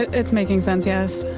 it's making sense, yes.